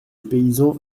paysan